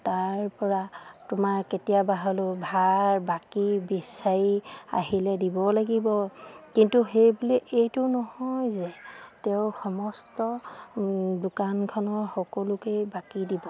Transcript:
তাৰপৰা তোমাৰ কেতিয়াবা হ'লেও ধাৰ বাকী বিচাৰি আহিলে দিব লাগিব কিন্তু সেই বুলি এইটো নহয় যে তেওঁ সমস্ত দোকানখনৰ সকলোকেই বাকী দিব